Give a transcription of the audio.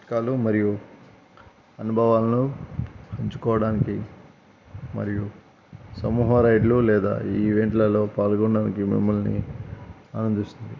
చిట్కాలు మరియు అనుభవాలను పంచుకోవడానికి మరియు సమూహ రైడ్లు లేదా ఈవెంట్లలో పాల్గొనడానికి మిమ్మల్ని ఆనందిస్తుంది